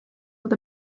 with